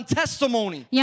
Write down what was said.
testimony